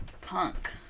punk